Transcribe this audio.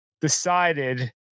decided